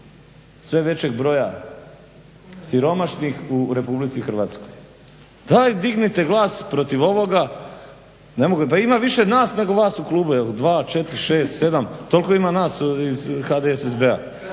sve većeg broja siromašnih u RH? Daj dignite glas protiv ovoga. Pa ima više nas nego vas u klubu, evo 2, 4, 6, 7 toliko ima nas iz HDSSB-a.